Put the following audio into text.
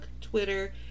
Twitter